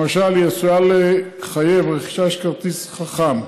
למשל, היא עשויה לחייב רכישה של כרטיס חכם.